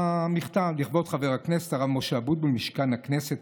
"לכבוד חבר הכנסת הרב משה אבוטבול, משכן הכנסת,